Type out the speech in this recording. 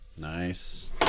nice